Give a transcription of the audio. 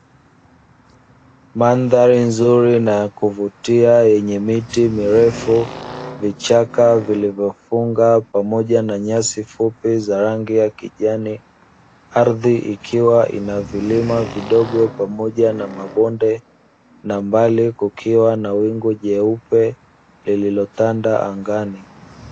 Mandhari nzuri na ya kuvutia yenye miti mirefu, vichaka vilivofunga pamoja na nyasi fupi za rangi ya kijani. Ardhi ikiwa ina vilima vidogo pamoja na mabonde na mbali kukiwa na wingu jeupe lililotanda angani.